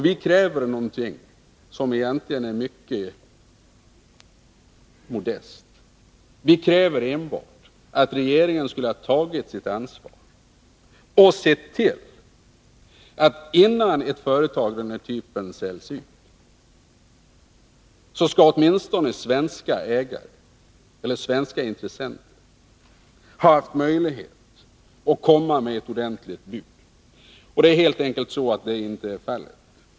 Vi kräver någonting som egentligen är mycket modest. Vi kräver enbart att regeringen skulle ha tagit sitt ansvar och sett till att innan ett företag av den här typen säljs ut skulle åtminstone svenska ägare eller svenska intressenter ha haft möjlighet att komma med ett ordentligt bud. Det är helt enkelt inte fallet.